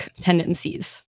tendencies